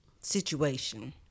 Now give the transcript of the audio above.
situation